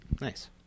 nice